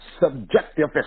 subjective